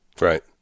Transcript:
Right